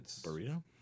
Burrito